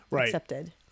accepted